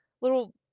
little